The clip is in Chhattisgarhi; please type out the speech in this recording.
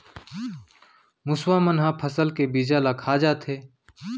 मुसवा मन ह फसल के बीजा ल खा जाथे